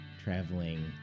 traveling